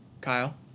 Kyle